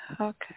Okay